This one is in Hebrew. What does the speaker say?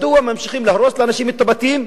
מדוע ממשיכים להרוס לאנשים את הבתים,